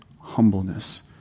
humbleness